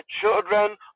children